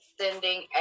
sending